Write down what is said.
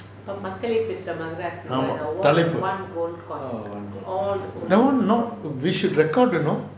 மக்களை பெற்ற மகராசி ஆம் தகளைப்பு:makkalai petra magaraasi aam thagalaipu that [one] not we should record you know